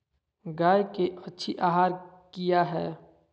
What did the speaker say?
गाय के अच्छी आहार किया है?